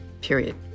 period